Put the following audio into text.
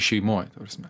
šeimoj ta prasme